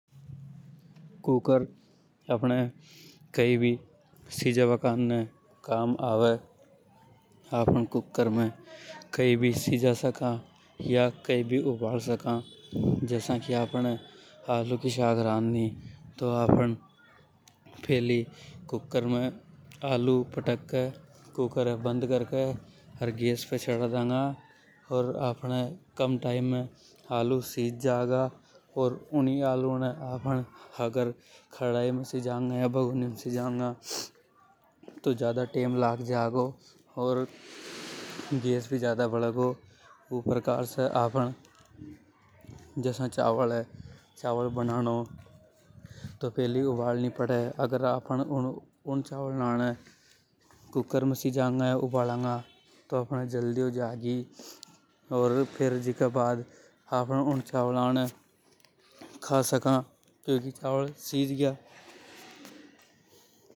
कुक्कर आफ़ने कई भी सीजा बा करने काम आवे। आफ़न कुक्कर में कई भी सीजा सका, या कई भी उबाल सका। जसा की आफ़न ये आलू की साग राँड नि, तो कुक्कर में आलू पटक के कुक्कर ये गैस पे चढ़ा डांगा। ओर आपहने कम टाइम में आलू सीज जागा। अर आफ़न उन आलू ये कड़ाई या भगोनी में सीजांगा तो ज्यादा टेम लाग जा गी। ओर गैस भी ज्यादा भले हो, तो ऊ प्रकार से चावल बनानो तो उबाल नि पड़े। अगर ऊ चावल नाने आफ़न कुक्कर से सीजा गा तो जल्दी हो जागी । अर बन बा के बाद आफ़न ऊ चावल नाने खा सका क्योंकि सीज गया।